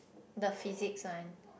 the physic science